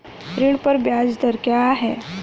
ऋण पर ब्याज दर क्या है?